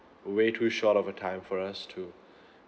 way too short of a time for us to